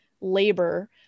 labor